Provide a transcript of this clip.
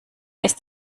ist